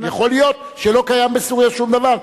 יכול להיות שלא קיים בסוריה שום דבר,